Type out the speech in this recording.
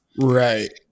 Right